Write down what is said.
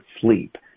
sleep